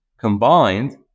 combined